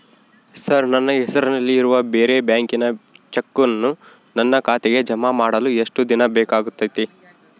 Sir ನನ್ನ ಹೆಸರಲ್ಲಿ ಇರುವ ಬೇರೆ ಬ್ಯಾಂಕಿನ ಚೆಕ್ಕನ್ನು ನನ್ನ ಖಾತೆಗೆ ಜಮಾ ಮಾಡಲು ಎಷ್ಟು ದಿನ ಬೇಕಾಗುತೈತಿ?